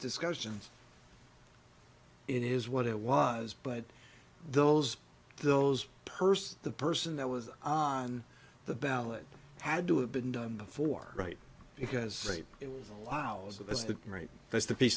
discussions it is what it was but those those purse the person that was on the ballot had to have been done before right because it allows that as the right that's the piece